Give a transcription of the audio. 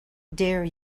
dare